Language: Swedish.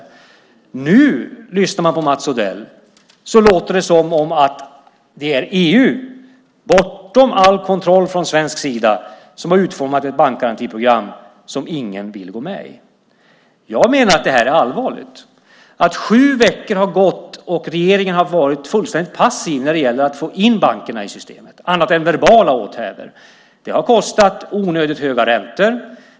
Om man lyssnar på Mats Odell nu låter det som om det är EU, bortom all kontroll från svensk sida, som har utformat ett bankgarantiprogram som ingen vill gå med i. Jag menar att det här är allvarligt, att sju veckor har gått och regeringen har varit fullständigt passiv när det gäller att få in bankerna i systemet, annat än med verbala åthävor. Det har kostat onödigt höga räntor.